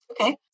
Okay